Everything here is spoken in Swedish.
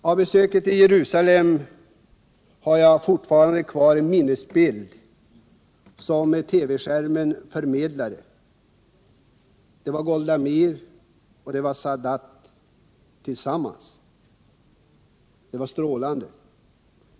Av besöket i Jerusalem har jag fortfarande kvar en minnesbild som TV-skärmen förmedlade - Golda Meir och Sadat tillsammans. Det var strålande.